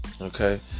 Okay